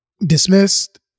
dismissed